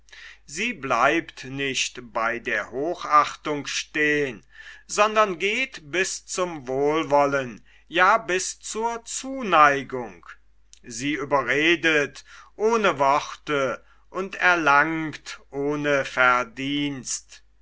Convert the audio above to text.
sie bleibt nicht bei der hochachtung stehn sondern geht bis zum wohlwollen ja bis zur zuneigung sie überredet ohne worte und erlangt ohne verdienst